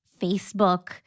Facebook